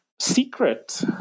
secret